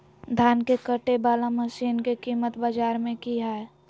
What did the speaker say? धान के कटे बाला मसीन के कीमत बाजार में की हाय?